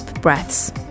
breaths